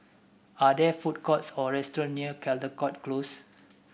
are there food courts or restaurant near Caldecott Close